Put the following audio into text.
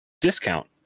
discount